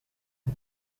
est